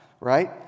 right